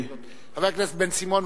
חבר הכנסת בן-סימון,